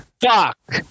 Fuck